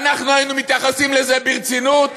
ואנחנו היינו מתייחסים לזה ברצינות?